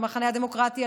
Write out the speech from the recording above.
המחנה הדמוקרטי,